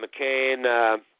McCain